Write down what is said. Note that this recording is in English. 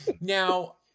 Now